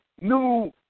new